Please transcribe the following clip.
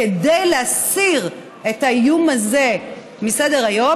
כדי להסיר את האיום הזה מסדר-היום,